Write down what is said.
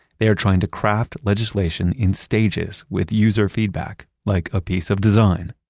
they are trying to craft legislation in stages with user feedback, like a piece of design.